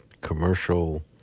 commercial